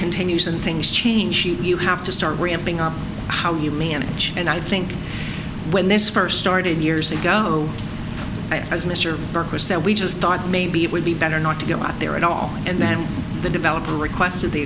continues and things change you have to start ramping up how you manage and i think when this first started years ago as mr burke was that we just thought maybe it would be better not to go out there at all and that the developer requested the